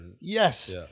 Yes